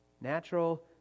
Natural